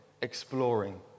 exploring